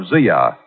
Zia